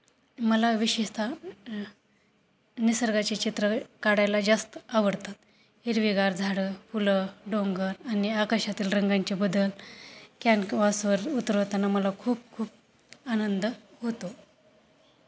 मला विशेषतः निसर्गाचे चित्र काढायला जास्त आवडतात हिरवेगार झाडं फुलं डोंगर आणि आकाशातील रंगांचे बदल कॅनकवासवर उतरवताना मला खूप खूप आनंद होतो